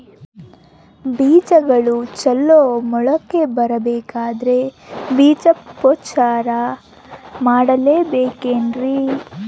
ಬೇಜಗಳು ಚಲೋ ಮೊಳಕೆ ಬರಬೇಕಂದ್ರೆ ಬೇಜೋಪಚಾರ ಮಾಡಲೆಬೇಕೆನ್ರಿ?